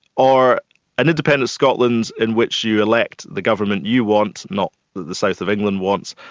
or an independent scotland in which you elect the government you want, not that the south of england wants,